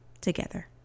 together